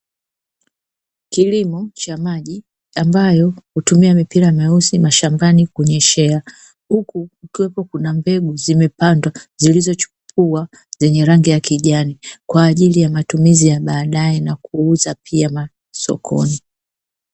Kilimo cha maji ambayo hutumia mipira meusi mashambani kunyeshea, huku kukiwepo kuna mbegu zimepandwa zilizochipua zenye rangi ya kijani kwa ajili ya matumizi ya baadaye na kuuza pia sokoni.